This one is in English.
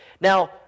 Now